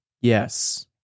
Yes